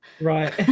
Right